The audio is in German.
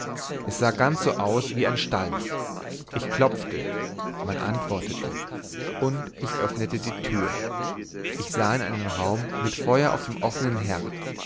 es sah ganz so aus wie ein stall ich klopfte man antwortete und ich öffnete die tür ich sah in einen raum mit feuer auf dem offenen herd